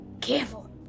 Careful